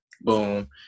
boom